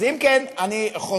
אז אם כן, אני חוזר